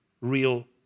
real